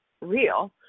real